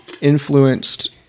influenced